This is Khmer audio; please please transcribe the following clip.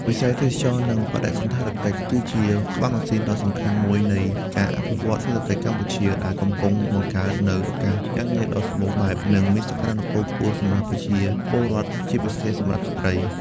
វិស័យទេសចរណ៍ និងបដិសណ្ឋារកិច្ចគឺជា ក្បាលម៉ាស៊ីនដ៏សំខាន់មួយនៃការអភិវឌ្ឍសេដ្ឋកិច្ចកម្ពុជា ដែលកំពុងបង្កើតនូវឱកាសការងារដ៏សម្បូរបែប និងមានសក្តានុពលខ្ពស់សម្រាប់ប្រជាពលរដ្ឋ ជាពិសេសសម្រាប់ស្ត្រី។